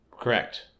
Correct